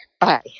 Bye